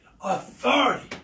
authority